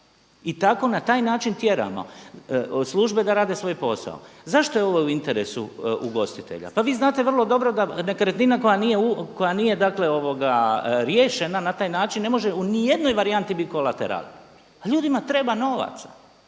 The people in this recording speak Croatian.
I tako na taj način tjeramo službe da rade svoj posao. Zašto je ovo u interesu ugostitelja? Pa vi znate vrlo dobro da nekretnina koja nije dakle riješena na taj način ne može niti u jednoj varijanti bit kolateralna. Ljudima treba novaca